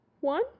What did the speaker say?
one